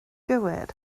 gywir